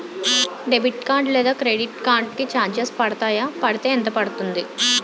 Debit card లేదా credit card కి charges పడతాయా? పడితే ఎంత పడుతుంది?